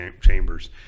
chambers